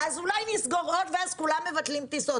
"אז אולי נסגור עוד?" ואז כולם מבטלים טיסות.